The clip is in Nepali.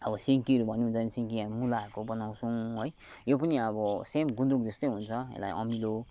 अब सिन्कीहरू भन्नुहुन्छ भने सिन्की मुलाहरूको बनाउँछौँ है यो पनि अब सेम गुन्द्रुक जस्तै हुन्छ यसलाई अमिलो